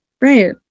Right